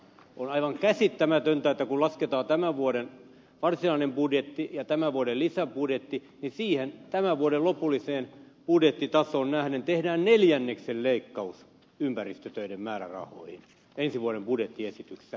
on aivan käsittämätöntä että kun lasketaan tämän vuoden varsinainen budjetti ja tämän vuoden lisäbudjetti niin tämän vuoden lopulliseen budjettitasoon nähden tehdään neljänneksen leikkaus ympäristötöiden määrärahoihin ensi vuoden budjettiesityksessä